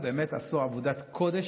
ובאמת עשו עבודת קודש,